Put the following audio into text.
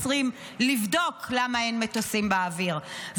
16:20 לבדוק למה אין מטוסים באוויר?